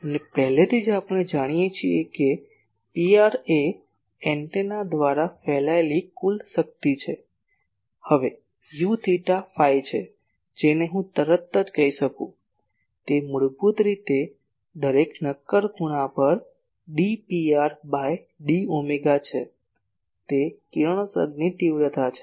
અને પહેલેથી જ આપણે જાણીએ છીએ કે Pr એ એન્ટેના દ્વારા ફેલાયેલી કુલ શક્તિ છે હવે U થેટા ફાઈ છે જેને હું તરત જ કહી શકું તે મૂળભૂત રીતે દરેક નક્કર ખૂણા પર d Pr by d omega છે તે કિરણોત્સર્ગની તીવ્રતા છે